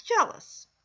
jealous